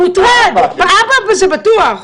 לאבא זה בטוח.